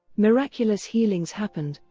miraculous healings happened,